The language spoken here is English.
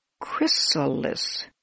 chrysalis